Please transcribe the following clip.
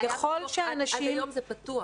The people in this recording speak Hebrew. עד היום זה פתוח.